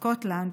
סקוטלנד,